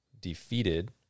defeated